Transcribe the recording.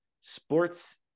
Sports